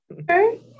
Okay